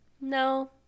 No